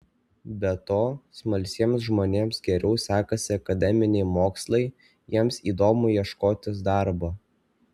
be to smalsiems žmonėms geriau sekasi akademiniai mokslai jiems įdomu ieškotis darbo